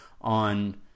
on